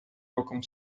роком